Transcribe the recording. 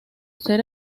ser